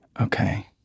Okay